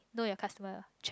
know your customer cheques